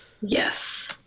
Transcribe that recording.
Yes